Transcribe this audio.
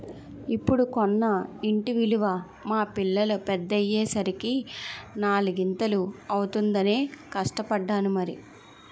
ఇప్పుడు కొన్న ఇంటి విలువ మా పిల్లలు పెద్దయ్యే సరికి నాలిగింతలు అవుతుందనే కష్టపడ్డాను మరి